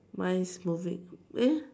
mine is moving eh